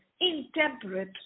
intemperate